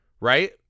right